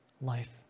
life